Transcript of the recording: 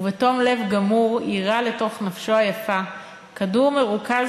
ובתום לב גמור יירה לתוך נפשו היפה כדור מרוכז